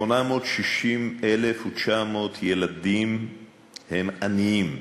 860,900 ילדים הם עניים.